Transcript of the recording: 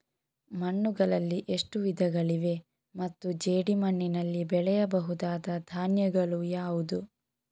ಮಣ್ಣುಗಳಲ್ಲಿ ಎಷ್ಟು ವಿಧಗಳಿವೆ ಮತ್ತು ಜೇಡಿಮಣ್ಣಿನಲ್ಲಿ ಬೆಳೆಯಬಹುದಾದ ಧಾನ್ಯಗಳು ಯಾವುದು?